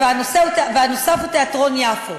והנוסף הוא תיאטרון יפו.